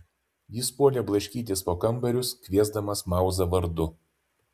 jis puolė blaškytis po kambarius kviesdamas mauzą vardu